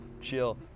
chill